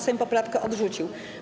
Sejm poprawkę odrzucił.